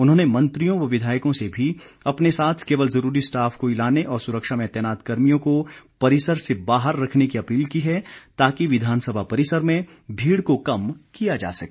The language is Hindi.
उन्होंने मंत्रियों व विधायकों से भी अपने साथ केवल जरूरी स्टॉफ को ही लाने और सुरक्षा में तैनात कर्मियों को परिसर से बाहर रखने की अपील की है ताकि विधानसभा परिसर में भीड़ को कम किया जा सके